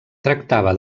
tractava